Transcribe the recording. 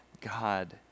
God